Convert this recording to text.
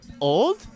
Old